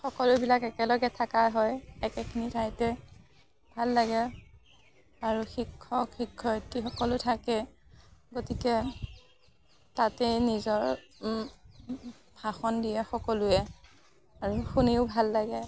সকলোবিলাক একেলগে থকা হয় একেখিনি ঠাইতে ভাল লাগে আৰু শিক্ষক শিক্ষয়ত্ৰীসকলো থাকে গতিকে তাতেই নিজৰ ভাষণ দিয়ে সকলোৱে আৰু শুনিও ভাল লাগে